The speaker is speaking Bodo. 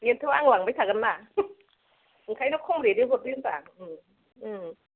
बेथ' आं लांबाय थागोन ना ओंखायनो खम रेटयै हरदो होनदां उम उम